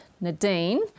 Nadine